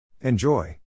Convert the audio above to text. Enjoy